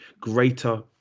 greater